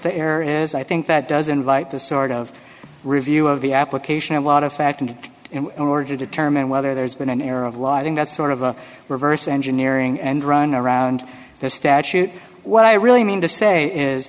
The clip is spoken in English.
the air as i think that doesn't invite this sort of review of the application of lot of fact and in order to determine whether there's been an error of lighting that's sort of a reverse engineering and run around that statute what i really mean to say is